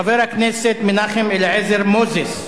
חבר הכנסת מנחם אליעזר מוזס,